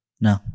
No